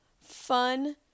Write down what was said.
Fun